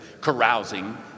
carousing